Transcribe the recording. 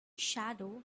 shadow